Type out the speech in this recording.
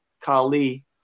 kali